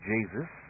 Jesus